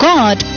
God